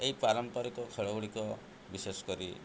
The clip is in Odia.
ଏହି ପାରମ୍ପାରିକ ଖେଳ ଗୁଡ଼ିକ ବିଶେଷ କରି